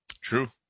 True